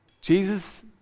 Jesus